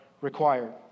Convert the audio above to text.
required